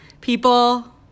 People